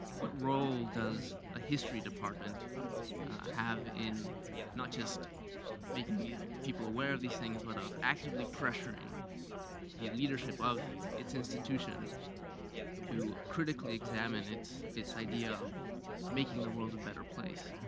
what role does a history department have in not just making people aware of these things but of actively pressuring the leadership of its institution to critically examine its its idea of making the world a better place